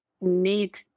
need